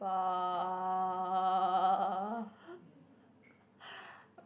uh